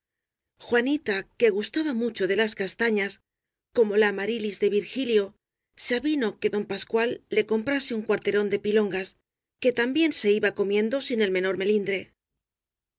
juanita que gustaba mucho de las castañas como la amarilis de virgilio se avino á que don pascual le comprase un cuarterón de pi longas que también se iba comiendo sin el menor melindre